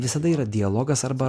visada yra dialogas arba